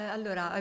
Allora